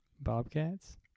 Bobcats